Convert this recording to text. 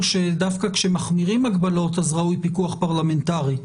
שדווקא כשמחמירים הגבלות אז ראוי פיקוח פרלמנטרי,